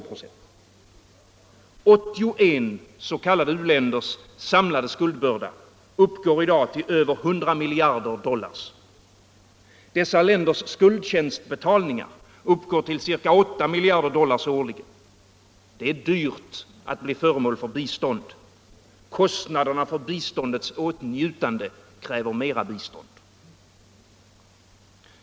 I dag uppgår 81 s.k. u-länders samlade skuldbörda till över 100 miljarder dollar. Dessa länders skuldtjänstbetalningar uppgår till ca 8 miljarder dollar årligen. Det är dyrt att bli föremål för bistånd. Kostnaderna för biståndets åtnjutande kräver mer bistånd.